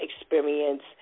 experience